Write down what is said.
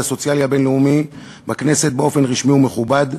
הסוציאלי הבין-לאומי בכנסת באופן רשמי ומכובד,